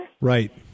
Right